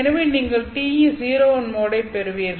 எனவே நீங்கள் TE01 மோடைப் பெறுவீர்கள்